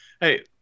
Hey